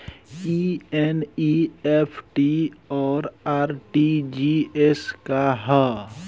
ई एन.ई.एफ.टी और आर.टी.जी.एस का ह?